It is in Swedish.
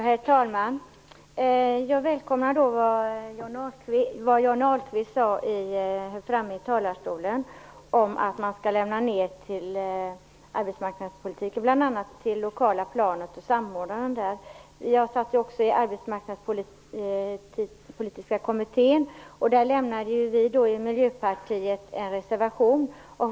Herr talman! Jag välkomnar det som Johnny Ahlqvist sade i talarstolen, att bl.a. arbetsmarknadspolitiken skall föras ned till det lokala planet för samordning. Jag har suttit i Arbetsmarknadspolitiska kommittén, där vi i Miljöpartiet avgav en reservation.